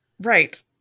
Right